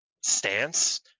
stance